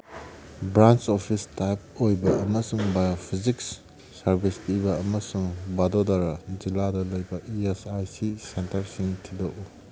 branch office type ꯑꯣꯏꯕ ꯑꯃꯁꯨꯡ biophysics service ꯄꯤꯕ ꯑꯃꯁꯨꯡ ꯚꯥꯗꯣꯗꯔꯥ ꯖꯤꯂꯥꯗ ꯂꯩꯕ ꯏ ꯑꯦꯁ ꯑꯥꯏ ꯁꯤ ꯁꯦꯟꯇꯔꯁꯤꯡ ꯊꯤꯗꯣꯛꯎ